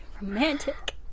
romantic